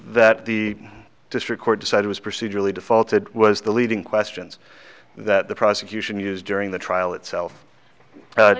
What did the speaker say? that the district court decided was procedurally defaulted was the leading questions that the prosecution used during the trial itself